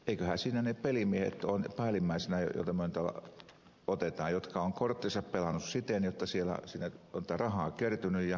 eiköhän siinä ne pelimiehet ole päällimmäisinä jotka ovat korttinsa pelanneet siten jotta sinne on rahaa kertynyt ja kasautunut